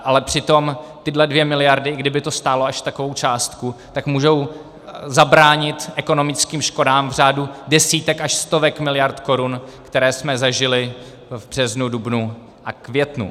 Ale přitom tyhle dvě miliardy, i kdyby to stálo až takovou částku, můžou zabránit ekonomickým škodám v řádu desítek až stovek miliard korun, které jsme zažili v březnu, dubnu a květnu.